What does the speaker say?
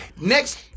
Next